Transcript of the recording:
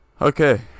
okay